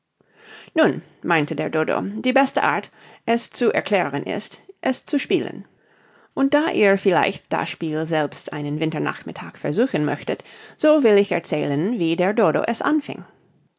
nun meinte der dodo die beste art es zu erklären ist es zu spielen und da ihr vielleicht das spiel selbst einen winter nachmittag versuchen möchtet so will ich erzählen wie der dodo es anfing